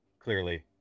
clearly